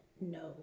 no